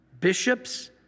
bishops